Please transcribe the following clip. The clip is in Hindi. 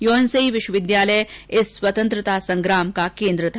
योनसेई विश्वविद्यालय इस स्वतंत्रता संग्राम का केन्द्र था